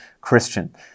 Christian